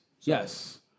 Yes